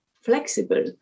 flexible